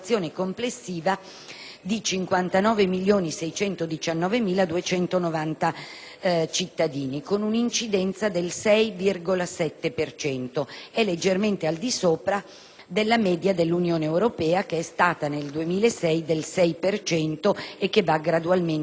di 59.619.290 cittadini, con una incidenza del 6,7 per cento (leggermente al di sopra della media dell'Unione europea, che è stata, nel 2006, del 6 per cento e che va gradualmente crescendo).